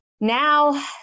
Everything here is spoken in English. now